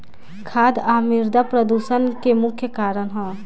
खाद आ मिरदा प्रदूषण के मुख्य कारण ह